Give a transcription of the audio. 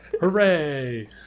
hooray